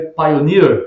pioneer